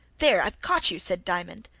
there i've caught you! said diamond.